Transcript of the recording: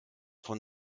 von